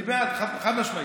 אני בעד, חד-משמעית.